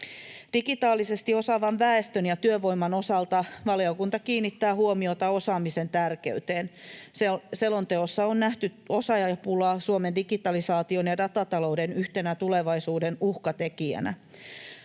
Digitaalisesti osaavan väestön ja työvoiman osalta valiokunta kiinnittää huomiota osaamisen tärkeyteen. Selonteossa on nähty osaajapula Suomen digitalisaation ja datatalouden yhtenä tulevaisuuden uhkatekijänä.